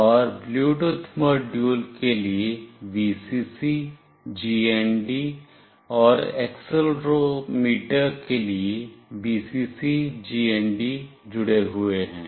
और Bluetooth module के लिए Vcc GND और एक्सेलेरोमीटर के लिए Vcc GND जुड़े हुए हैं